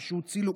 איזשהו צילום,